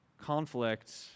conflict